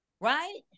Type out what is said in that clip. right